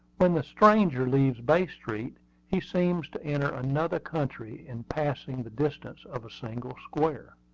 when the stranger leaves bay street he seems to enter another country in passing the distance of a single square.